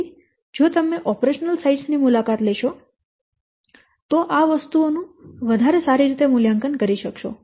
તેથી જો તમે ઓપરેશનલ સાઇટ્સ ની મુલાકાત લેશો તો આ વસ્તુઓનું વધુ સારી રીતે મૂલ્યાંકન કરી શકશો